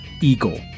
eagle